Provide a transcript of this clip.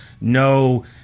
no